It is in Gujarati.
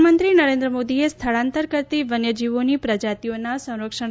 પ્રધાનમંત્રી નરેન્દ્ર મોદીએ સ્થળાંતર કરતી વન્યજીવોની પ્રજાતિઓના સંરક્ષણ